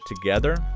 together